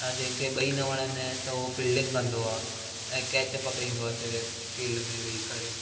ऐं जंहिंखे ॿई न वणंदा आहिनि त हूअ फील्डिंग कंदो ऐं कैच पकड़ींदो आहे सिर्फ़ु फील्ड में वेही करे